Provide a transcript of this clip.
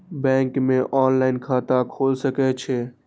Bank में online खाता खुल सके छे?